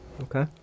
Okay